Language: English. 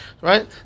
Right